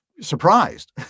surprised